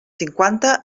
cinquanta